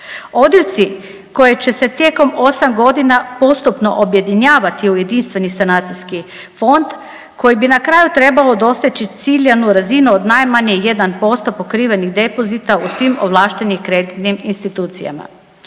Odjeljci koji će se tijekom 8 godina postupno objedinjavati u jedinstveni sanacijski fond koji bi na kraju trebao doseći ciljanu razinu od najmanje 1% pokrivenih depozita u svim ovlaštenim kreditnim institucijama.